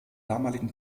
damaligen